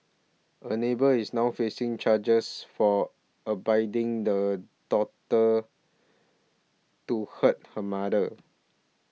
a neighbour is now facing charges for abetting the daughter to hurt her mother